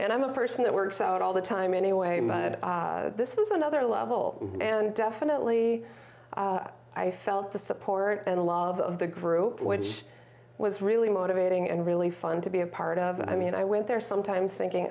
and i'm a person that works out all the time anyway this is another level and definitely i felt the support and love of the group which was really motivating and really fun to be a part of and i mean i went there sometimes thinking